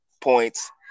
points